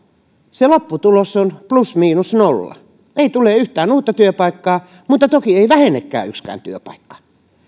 se lopputulos on plus miinus nolla ei tule yhtään uutta työpaikkaa mutta toki ei vähenekään yksikään työpaikka